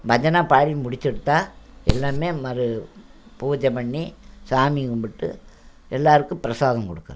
பஜனை பாடி முடிச்சுட்டு தான் எல்லாம் மறு பூஜை பண்ணி சாமி கும்பிட்டு எல்லோருக்கும் பிரசாதம் கொடுக்குறது